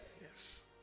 Yes